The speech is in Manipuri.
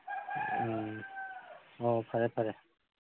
ꯑꯧ ꯐꯔꯦ ꯐꯔꯦ